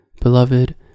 Beloved